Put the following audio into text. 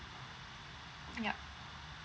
yup